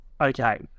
Okay